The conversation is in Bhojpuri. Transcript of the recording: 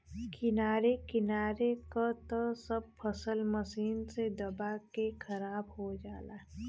किनारे किनारे क त सब फसल मशीन से दबा के खराब हो जाला